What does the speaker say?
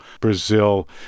Brazil